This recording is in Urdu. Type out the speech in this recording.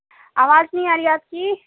آواز نہیں آ رہی ہے آپ کی